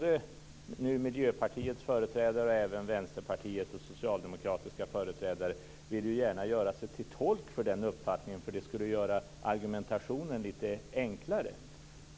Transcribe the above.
Miljöpartiets företrädare och även vänsterpartistiska och socialdemokratiska företrädare vill gärna göra sig till tolk för den uppfattningen därför att det skulle göra argumentationen lite enklare.